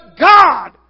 God